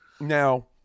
Now